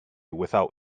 without